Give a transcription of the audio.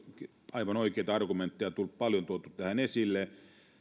aivan oikeita argumentteja paljon tuotu esille että